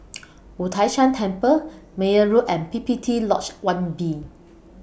Wu Tai Shan Temple Meyer Road and P P T Lodge one B